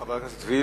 חברת הכנסת וילף.